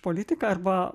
politika arba